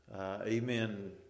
amen